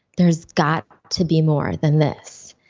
there's got to be more than this.